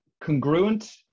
Congruent